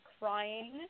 crying